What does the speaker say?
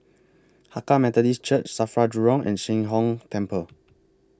Hakka Methodist Church SAFRA Jurong and Sheng Hong Temple